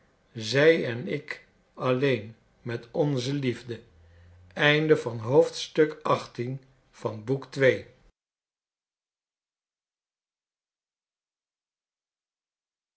zij en ik alleen met onze liefde